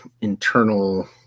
internal